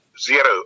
Zero